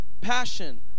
Passion